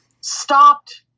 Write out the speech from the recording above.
stopped